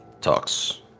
talks